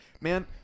man